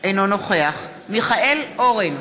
אינו נוכח מיכאל אורן,